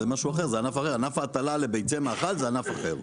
ענף ההטלה לביצי מאכל זה ענף אחר.